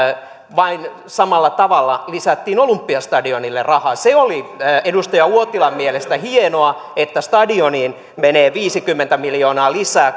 vain samalla tavalla lisättiin olympiastadionille rahaa se oli edustaja uotilan mielestä hienoa että stadioniin menee viisikymmentä miljoonaa lisää